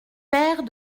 paire